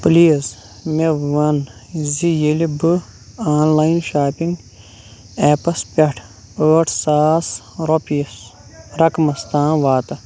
please مےٚ وَن زِ ییٚلہِ بہٕ آن لایِن شاپِنٛگ ایپَس پٮ۪ٹھ ٲٹھ ساس رۄپیہِ رقمَس تام واتا